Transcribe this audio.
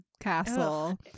castle